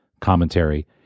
commentary